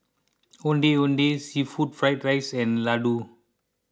Ondeh Ondeh Seafood Fried Rice and Laddu